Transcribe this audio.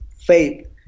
faith